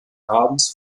abends